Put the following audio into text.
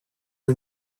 you